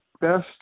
best